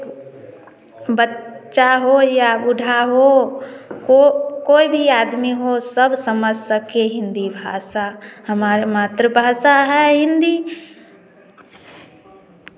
बच्चा हो या बूढ़ा हो कोई भी आदमी हो सब समझ सके हिंदी भाषा हमारी मातृभाषा है हिंदी